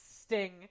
sting